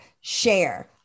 share